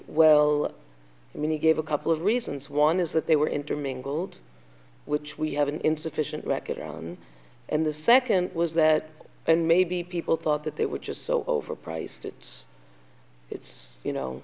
well i mean he gave a couple of reasons one is that they were intermingled which we have an insufficient record and the second was that and maybe people thought that they were just so overpriced it's it's